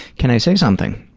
can i say something?